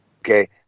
okay